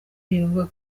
bivugwa